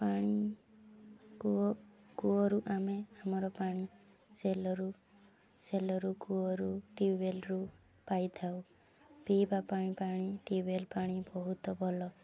ପାଣି କୂଅ କୂଅରୁ ଆମେ ଆମର ପାଣି ସେଲ୍ରୁ ସେଲ୍ରୁ କୂଅରୁ ଟ୍ୟୁବୱେଲ୍ରୁ ପାଇଥାଉ ପିଇବା ପାଇଁ ପାଣି ଟ୍ୟୁବୱେଲ୍ ପାଣି ବହୁତ ଭଲ